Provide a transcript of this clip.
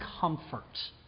comfort